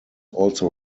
also